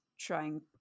trying